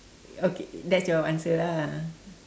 okay that's your answer ah